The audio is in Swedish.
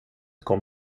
kom